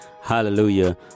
Hallelujah